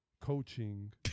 coaching